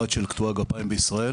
הבית של קטועי הגפיים בישראל.